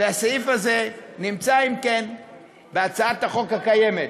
והסעיף הזה נמצא בהצעת החוק הקיימת.